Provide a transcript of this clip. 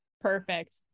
Perfect